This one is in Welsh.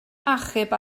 achub